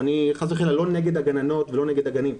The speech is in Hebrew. ואני חלילה לא נגד הגננות ולא נגד הגנים,